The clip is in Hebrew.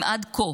אם עד כה